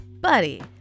buddy